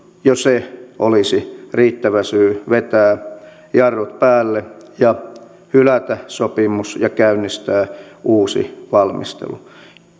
jo se olisi riittävä syy vetää jarrut päälle ja hylätä sopimus ja käynnistää uusi valmistelu